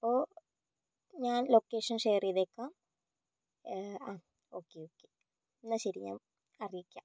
അപ്പോൾ ഞാൻ location share ചെയ്തേക്കാം ആ ഓക്കെ ഓക്കെ എന്നാൽ ശരി ഞാൻ അറിയിക്കാം